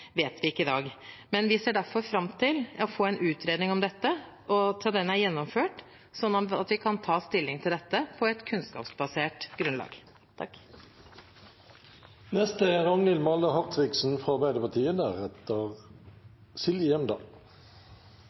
vet vi ikke i dag. Derfor ser vi fram til at man får gjennomført en utredning om dette, slik at vi kan ta stilling til det på et kunnskapsbasert grunnlag.